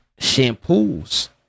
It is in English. shampoos